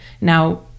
now